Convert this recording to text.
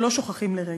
שלא שוכחים לרגע.